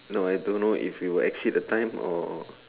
no I don't know if we will exceed the time or